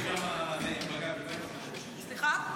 סליחה?